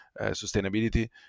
sustainability